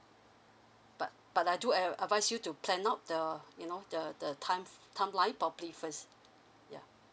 but but I do ad~ advise you to plan out the you know the the time f~ timeline properly first yeah